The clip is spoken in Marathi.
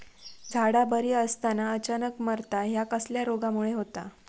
झाडा बरी असताना अचानक मरता हया कसल्या रोगामुळे होता?